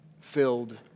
filled